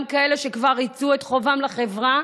גם כאלה שכבר ריצו את חובם לחברה.